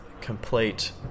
complete